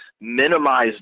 minimize